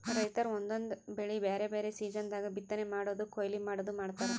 ರೈತರ್ ಒಂದೊಂದ್ ಬೆಳಿ ಬ್ಯಾರೆ ಬ್ಯಾರೆ ಸೀಸನ್ ದಾಗ್ ಬಿತ್ತನೆ ಮಾಡದು ಕೊಯ್ಲಿ ಮಾಡದು ಮಾಡ್ತಾರ್